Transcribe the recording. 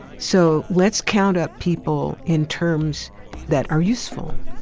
so, let's count up people in terms that are useful.